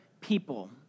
people